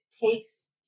takes